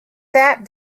that